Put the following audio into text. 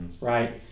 Right